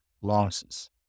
losses